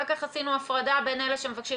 אחר כך עשינו הפרדה בין אלה שמבקשים